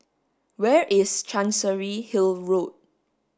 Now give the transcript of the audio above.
where is Chancery Hill Road